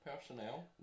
personnel